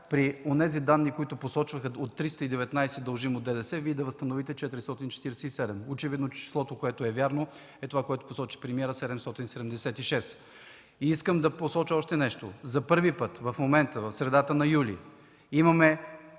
при онези данни, които посочваха от 319 дължимо ДДС, Вие да възстановите 447. Очевидно числото, което е вярно, е това, което посочи премиерът – 776. Искам да посоча още нещо – за първи път в момента в средата на юли имаме